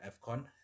Afcon